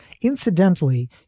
Incidentally